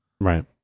Right